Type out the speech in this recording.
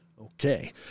Okay